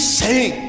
sing